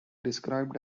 described